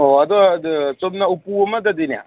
ꯑꯣ ꯑꯗꯣ ꯆꯨꯝꯅ ꯎꯄꯨ ꯑꯃꯗꯗꯤꯅꯦ